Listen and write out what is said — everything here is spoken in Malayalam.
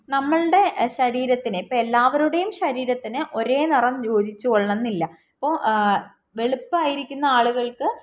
നമ്മളുടെ ശരീരത്തിന് ഇപ്പോൾ എല്ലാവരുടെയും ശരീരത്തിന് ഒരേ നിറം യോജിച്ചുകൊള്ളണം എന്നില്ല ഇപ്പോൾ വെളുപ്പായിരിക്കുന്ന ആളുകൾക്ക്